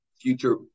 Future